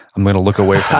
i'm going to look away